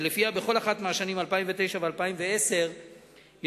שלפיה בכל אחת מהשנים 2009 ו-2010 ישולמו